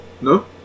No